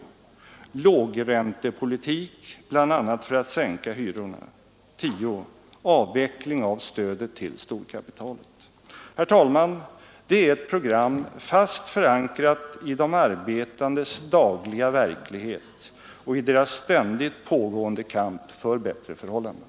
Lågräntepolitik, bl.a. för att sänka hyrorna. 10. Avveckling av stödet till storkapitalet. Herr talman! Det är ett program, fast förankrat i de arbetandes dagliga verklighet och i deras ständigt pågående kamp för bättre förhållanden.